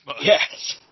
Yes